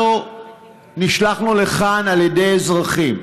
אנחנו נשלחנו לכאן על ידי אזרחים,